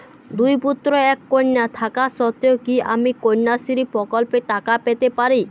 দুই পুত্র এক কন্যা থাকা সত্ত্বেও কি আমি কন্যাশ্রী প্রকল্পে টাকা পেতে পারি?